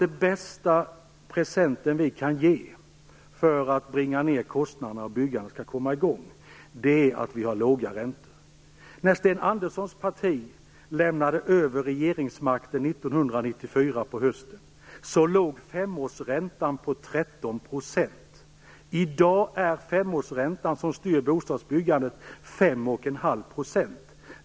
Den bästa presenten vi kan ge för att bringa ned kostnaderna och låta byggandet komma i gång är låga räntor. När Sten Anderssons parti lämnade över regeringsmakten hösten 1994, låg femårsräntan på 13 %. I dag är femårsräntan, som styr bostadsbyggandet, fem och en halv procent.